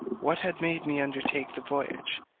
what had made me undertake the voyage,